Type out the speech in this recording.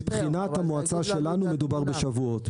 מבחינת המועצה שלנו מדובר בשבועות.